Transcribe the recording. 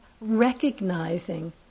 recognizing